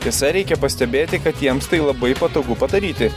tiesa reikia pastebėti kad jiems tai labai patogu padaryti